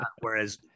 whereas